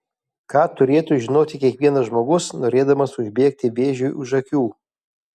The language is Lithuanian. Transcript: ką turėtų žinoti kiekvienas žmogus norėdamas užbėgti vėžiui už akių